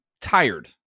tired